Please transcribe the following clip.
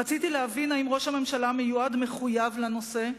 רציתי להבין אם ראש הממשלה המיועד מחויב לנושא,